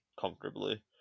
comfortably